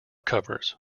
covers